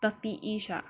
thirty-ish ah